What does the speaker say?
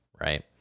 right